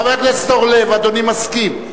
חבר הכנסת אורלב, אדוני מסכים?